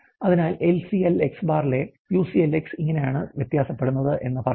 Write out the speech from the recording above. അതിനാൽ LCL X̄ ലെ UCLx ഇങ്ങനെയാണ് വ്യത്യാസപ്പെടുന്നത് എന്ന് പറയാം